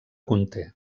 conté